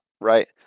right